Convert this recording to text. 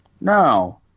No